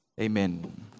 Amen